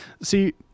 See